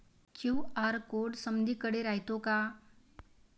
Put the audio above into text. QR code समदीकडे रायतो का?